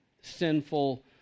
sinful